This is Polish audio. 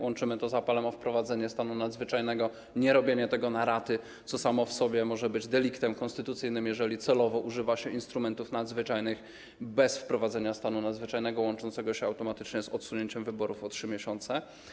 Łączymy to z apelem o wprowadzenie stanu nadzwyczajnego, o nierobienie tego na raty, co samo w sobie może być deliktem konstytucyjnym, jeżeli celowo używa się instrumentów nadzwyczajnych bez wprowadzenia stanu nadzwyczajnego łączącego się automatycznie z odsunięciem wyborów o 3 miesiące.